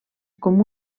com